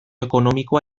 ekonomikoa